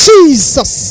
Jesus